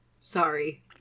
sorry